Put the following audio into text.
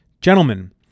Gentlemen